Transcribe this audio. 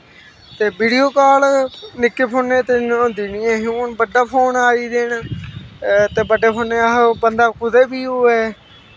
ते video call निक्के फोने च ते होंदा नी ऐही हून बड्डा फोन आई गेदे न ते बड्डे फोने च अस बंदा कुतै बी होऐ